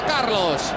Carlos